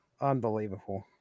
unbelievable